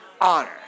honor